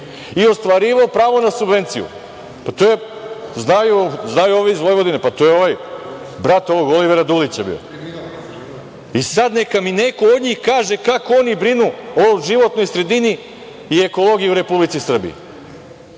i ostvarivao pravo na subvenciju. To je, znaju ovi iz Vojvodine, to je brat od ovog Olivera Dulića bio. Sada, neka mi neko od njih kaže kako oni brinu o životnoj sredini i ekologiji u Republici Srbiji?